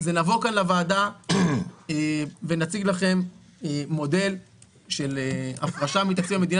זה נבוא כאן לוועדה ונציג לכם מודל של הפרשה מתקציב המדינה